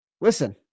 Listen